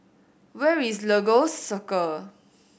where is Lagos Circle